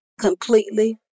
completely